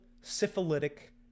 syphilitic